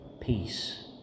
Peace